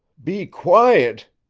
be quiet?